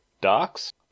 Docs